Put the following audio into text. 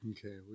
Okay